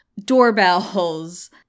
doorbells